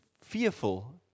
fearful